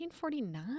1949